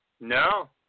No